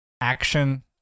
action